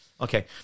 Okay